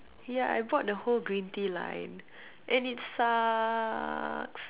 yeah I bought the whole green tea line and it sucks